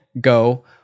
go